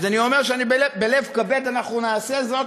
אז אני אומר שבלב כבד אנחנו נעשה זאת,